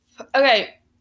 Okay